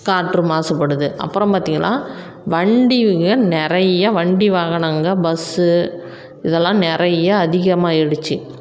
காற்று மாசுபடுது அப்புறம் பார்த்தீங்கன்னா வண்டிங்க நிறைய வண்டி வாகனங்க பஸ்ஸு இதெல்லாம் நிறைய அதிகமாயிடுச்சு